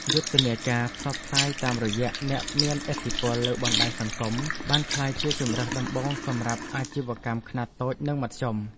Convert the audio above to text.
យុទ្ធនាការផ្សព្វផ្សាយតាមរយៈអ្នកមានឥទ្ធិពលលើបណ្តាញសង្គមបានក្លាយជាជម្រើសដំបូងសម្រាប់អាជីវកម្មខ្នាតតូចនិងមធ្យម។